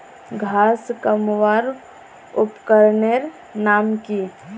घांस कमवार उपकरनेर नाम की?